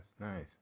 Nice